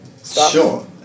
Sure